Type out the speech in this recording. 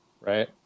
Right